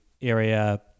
area